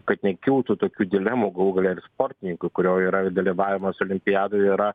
kad nekiltų tokių dilemų galų gale ir sportininkui kurio yra dalyvavimas olimpiadoje yra